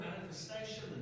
manifestation